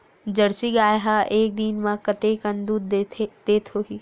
Jersey गाय ह एक दिन म कतेकन दूध देत होही?